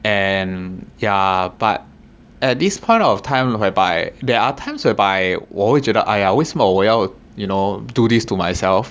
and ya but at this point of time whereby there are times whereby 我会觉得 !aiya! 为什么我要 you know do this to myself